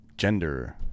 gender